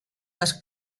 les